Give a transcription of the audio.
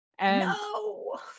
No